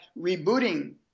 rebooting